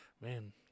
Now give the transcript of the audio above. Man